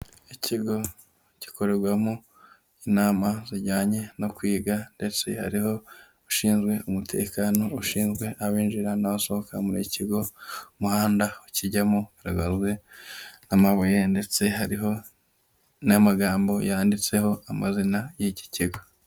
Ikigo gikorerwamo inama zijyanye no kwiga, ndetse hariho ushinzwe umutekano ushinzwe abinjira n'abasohoka muri iki kigo, umuhanda ukijyamo ugizwe n'amabuye, ndetse hari n'amagambo yanditseho amazina y'iki kigo.